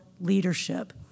leadership